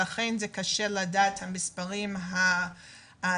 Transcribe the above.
לכן קשה לדעת את המספרים הספציפיים,